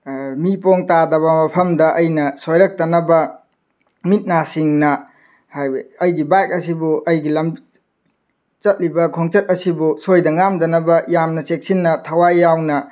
ꯃꯤ ꯄꯣꯡ ꯇꯥꯗꯕ ꯃꯐꯝꯗ ꯑꯩꯅ ꯁꯣꯏꯔꯛꯇꯅꯕ ꯃꯤꯠꯅꯥ ꯁꯤꯡꯅ ꯍꯥꯏꯕꯗꯤ ꯑꯩꯒꯤ ꯕꯥꯏꯛ ꯑꯁꯤꯕꯨ ꯑꯩꯒꯤ ꯆꯠꯂꯤꯕ ꯈꯣꯡꯆꯠ ꯑꯁꯤꯕꯨ ꯁꯣꯏꯗ ꯉꯥꯝꯗꯅꯕ ꯌꯥꯝꯅ ꯆꯦꯛꯁꯤꯟꯅ ꯊꯋꯥꯏ ꯌꯥꯎꯅ